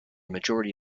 majority